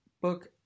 book